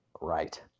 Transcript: Right